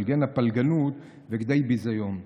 וכדי ביזיון.